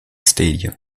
stadium